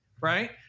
right